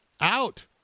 out